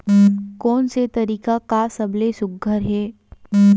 कोन से तरीका का सबले सुघ्घर हे?